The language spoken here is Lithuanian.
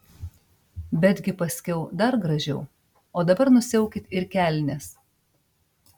betgi paskiau dar gražiau o dabar nusiaukit ir kelnes